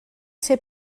ser